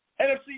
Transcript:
NFC